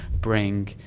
bring